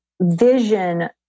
vision